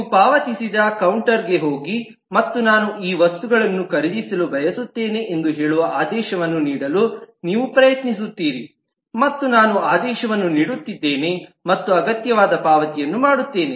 ನೀವು ಪಾವತಿ ಕೌಂಟರ್ಗೆ ಹೋಗಿ ಮತ್ತು ನಾನು ಈ ವಸ್ತುಗಳನ್ನು ಖರೀದಿಸಲು ಬಯಸುತ್ತೇನೆ ಎಂದು ಹೇಳುವ ಆದೇಶವನ್ನು ನೀಡಲು ನೀವು ಪ್ರಯತ್ನಿಸುತ್ತೀರಿ ಮತ್ತು ನಾನು ಆದೇಶವನ್ನು ನೀಡುತ್ತಿದ್ದೇನೆ ಮತ್ತು ಅಗತ್ಯವಾದ ಪಾವತಿಯನ್ನು ಮಾಡುತ್ತೇನೆ